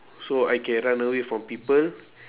so I can run away from people